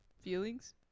feelings